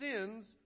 sins